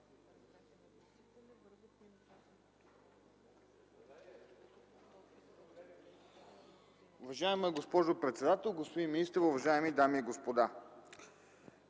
Уважаема госпожо председател, господин министър, уважаеми дами и господа!